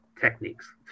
techniques